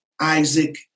Isaac